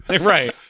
Right